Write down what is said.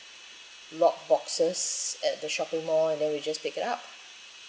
lock boxes at the shopping mall and then we just pick it up